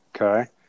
Okay